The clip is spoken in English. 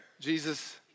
Jesus